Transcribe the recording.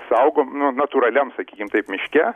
saugom nu natūraliam sakykim miške